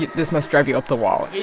this must drive you up the wall